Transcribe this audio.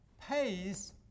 pays